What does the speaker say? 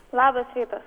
labas rytas